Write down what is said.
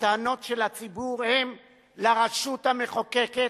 הטענות של הציבור הן לרשות המחוקקת,